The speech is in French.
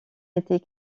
été